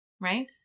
right